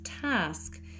task